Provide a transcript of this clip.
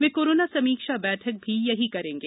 वे corona समीक्षा बैठक भी यहीं करेंगे